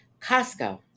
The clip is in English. Costco